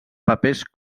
papers